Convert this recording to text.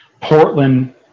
Portland